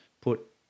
put